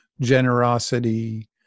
generosity